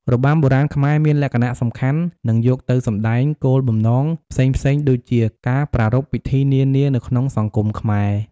របាំបុរាណខ្មែរមានលក្ខណៈសំខាន់ និង យកទៅសម្តែងគោលបំណងផ្សេងៗ ដូចជា ការប្រារព្ធពិធីនានានៅក្នុងសង្គមខ្មែរ។